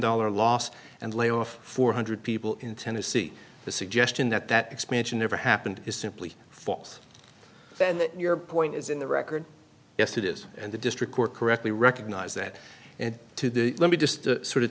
dollar loss and lay off four hundred people in tennessee the suggestion that that expansion never happened is simply false and your point is in the record yes it is and the district court correctly recognize that and to let me just sort of